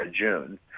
June